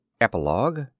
EPILOGUE